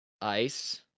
Ice